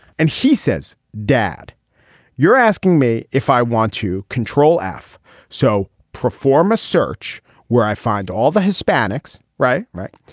and he says dad you're asking me if i want to control f so perform a search where i find all the hispanics. right. right.